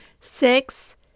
Six